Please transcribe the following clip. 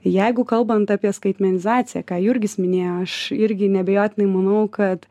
jeigu kalbant apie skaitmenizaciją ką jurgis minėjo aš irgi neabejotinai manau kad